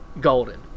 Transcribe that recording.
golden